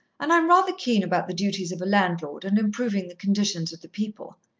and i'm rather keen about the duties of a landlord, and improving the condition of the people.